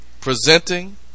presenting